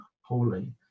holy